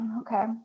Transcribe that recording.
okay